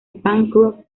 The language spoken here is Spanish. bancroft